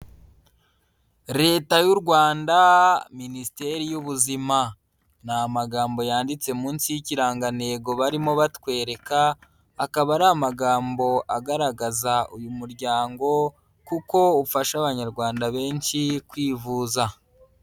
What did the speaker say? Leta y'u Rwanda, Minisiteri y'Ubuzima ni amagambo yanditse munsi y'ikirangantego barimo batwereka, akaba ari amagambo agaragaza uyu muryango kuko ufasha Abanyarwanda benshi kwivuza.